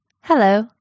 Hello